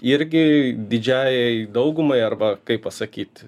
irgi didžiajai daugumai arba kaip pasakyt